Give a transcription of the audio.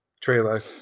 trailer